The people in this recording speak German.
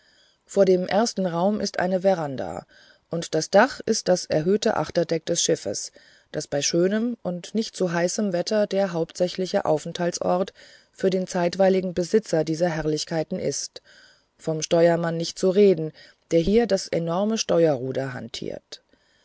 vor dem ersten raum ist eine veranda und das dach ist das erhöhte achterdeck des schiffes das bei schönem und nicht zu heißem wetter der hauptsächliche aufenthaltsort für den zeitweiligen besitzer dieser herrlichkeiten ist vom steuermann nicht zu reden der hier das enorme steuerruder hantiert